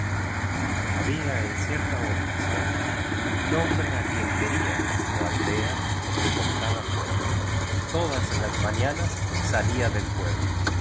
había en cierta ocasión un hombre á quien querían en su aldea porque contaba cuentos todas las mañanas salía del pueblo